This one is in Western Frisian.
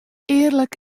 earlik